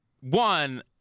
one